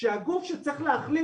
כ"ט בשבט תשפ"ב והשעה היא 9:10